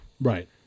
Right